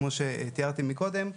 כמו שתיארתי מקודם,